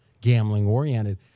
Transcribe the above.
gambling-oriented